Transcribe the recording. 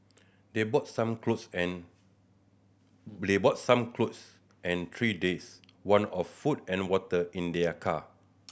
they brought some clothes and they brought some clothes and three days' one of food and water in their car